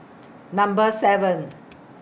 Number seven